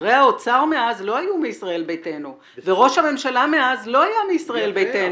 שרי האוצר מאז לא היו מישראל ביתנו וראש הממשלה מאז לא היה מישראל ביתנו